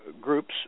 groups